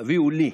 "הביאו לי".